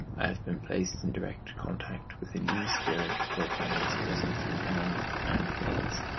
i have been placed in direct contact with a new spirit working in this prison through man and things,